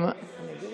מיכאל